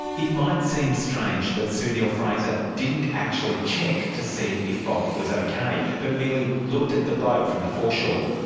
it might seem strange that sue neill-fraser didn't actually check to see if bob was okay, but merely looked at the boat from the foreshore.